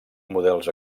models